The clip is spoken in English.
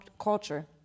culture